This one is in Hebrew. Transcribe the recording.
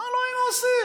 מה לא היינו עושים.